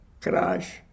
crash